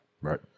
right